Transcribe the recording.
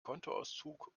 kontoauszug